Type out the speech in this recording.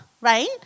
right